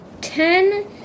Ten